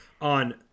on